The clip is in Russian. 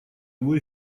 его